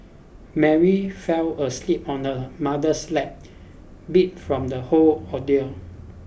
Mary fell asleep on her mother's lap beat from the whole ordeal